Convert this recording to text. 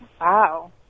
Wow